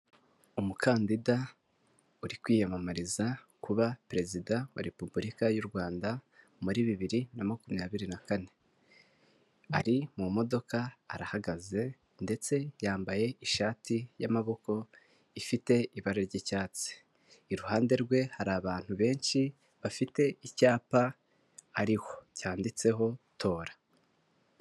Umukandida uri kwiyamamariza kuba perezida wa repubulika y'u Rwanda muri bibiri na makumyabiri na kane. Ari mu modoka arahagaze ndetse yambaye ishati y'amaboko ifite ibara ry'icyatsi. Iruhande rwe hari abantu benshi bafite icyapa ariho cyanditseho tora.